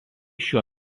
šiuo